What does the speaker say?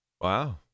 Wow